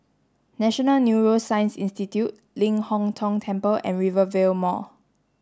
National Neuroscience Institute Ling Hong Tong Temple and Rivervale Mall